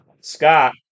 Scott